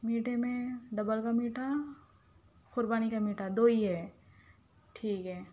میٹھے میں ڈبل کا میٹھا قربانی کا میٹھا دو ہی ہے ٹھیک ہے